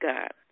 God